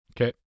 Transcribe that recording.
Okay